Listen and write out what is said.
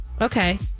okay